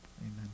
amen